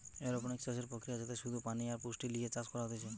aeroponics চাষের প্রক্রিয়া যাতে শুধু পানি আর পুষ্টি লিয়ে চাষ করা হতিছে